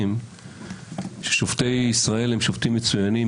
להסכים עליה ששופטי ישראל הם שופטים מצוינים,